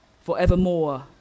forevermore